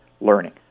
learning